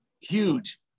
huge